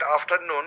afternoon